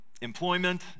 employment